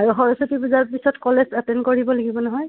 আৰু সৰস্বতী পূজাৰ পিছত কলেজ এটেণ্ড কৰিব লাগিব নহয়